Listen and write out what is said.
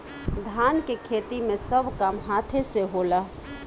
धान के खेती मे सब काम हाथे से होला